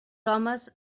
homes